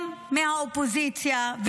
גם מהאופוזיציה,